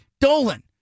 Dolan